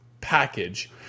package